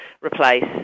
replace